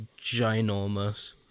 ginormous